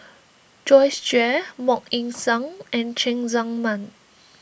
Joyce Jue Mok Ying Jang and Cheng Tsang Man